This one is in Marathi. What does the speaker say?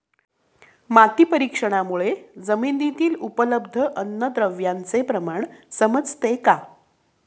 माती परीक्षणामुळे जमिनीतील उपलब्ध अन्नद्रव्यांचे प्रमाण समजते का?